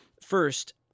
First